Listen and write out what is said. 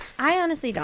i honestly don't